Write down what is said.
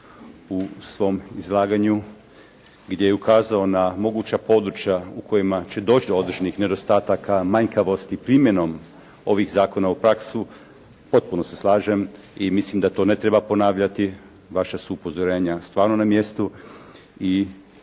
u svom izlaganju gdje je ukazao na moguća područja u kojima će doći do određenih nedostataka, manjkavosti primjenom ovih zakona u praksu potpuno se slažem i mislim da to ne treba ponavljati, vaša su upozorenja stvarno na mjestu i